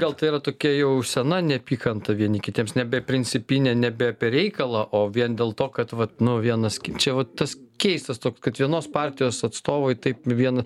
gal tai yra tokia jau sena neapykanta vieni kitiems nebe principinė nebe apie reikalą o vien dėl to kad vat nu vienas čia vat tas keistas toks kad vienos partijos atstovai taip vien